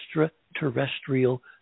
extraterrestrial